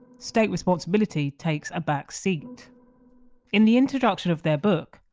state responsibility takes a back seat in the introduction of their book,